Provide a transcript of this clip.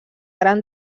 gran